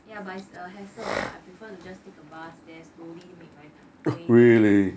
ya but it's a hassle lah I prefer to just take a bus there slowly make my time way there